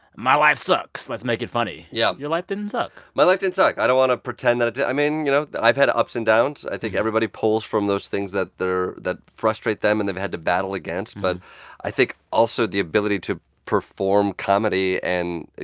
my life sucks let's make it funny yeah your life didn't suck my life didn't suck. i don't want to pretend that it did. i mean, you know, i've had ups and downs. i think everybody pulls from those things that they're that frustrate them and they've had to battle against. but i think, also, the ability to perform comedy and you